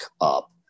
up